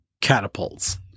Catapults